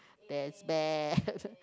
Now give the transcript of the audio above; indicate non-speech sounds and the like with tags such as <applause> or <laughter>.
that's bad <laughs>